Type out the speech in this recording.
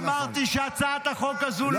במשפט הראשון אמרתי שהצעת החוק הזו לא טובה,